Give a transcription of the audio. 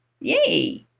yay